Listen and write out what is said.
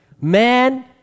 Man